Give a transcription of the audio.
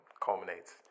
culminates